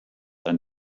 ein